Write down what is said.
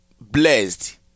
blessed